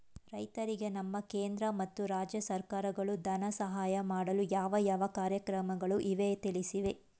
ರೈತರಿಗೆ ನಮ್ಮ ಕೇಂದ್ರ ಮತ್ತು ರಾಜ್ಯ ಸರ್ಕಾರಗಳು ಧನ ಸಹಾಯ ಮಾಡಲು ಯಾವ ಯಾವ ಕಾರ್ಯಕ್ರಮಗಳು ಇವೆ ತಿಳಿಸಿ?